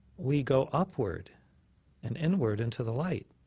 we go upward and inward into the light.